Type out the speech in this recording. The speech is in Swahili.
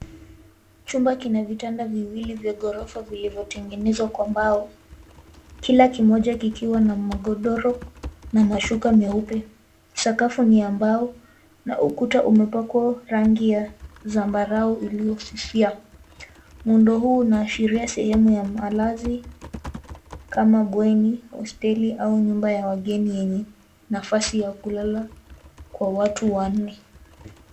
Chumba kina vitanda viwili vya ghorofa vilivyotengenezwa kwa mbao, kila kimoja kikiwa na magodoro na mashuka meupe. Sakafu ni ya mbao na ukuta umepakwa rangi ya zambarau iliyofifia. Muundo huu unaashiria sehemu ya malazi, kama bweni, hosteli au nyumba ya wageni yenye nafasi ya kulala kwa watu wanne.